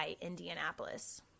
Indianapolis